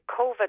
COVID